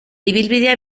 ibilbidea